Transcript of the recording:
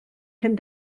cyn